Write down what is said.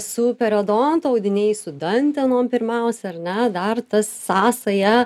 su periodonto audiniai su dantenom pirmiausia ar ne dar ta sąsaja